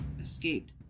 escaped